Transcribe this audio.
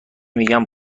میگن